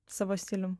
savo stilium